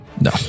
no